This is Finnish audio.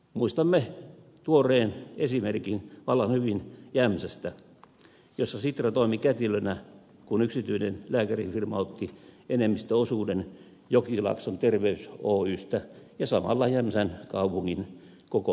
muistamme tuoreen esimerkin vallan hyvin jämsästä jossa sitra toimi kätilönä kun yksityinen lääkärifirma otti enemmistöosuuden jokilaakson terveys oystä ja samalla jämsän kaupungin koko terveydenhuollosta